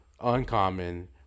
uncommon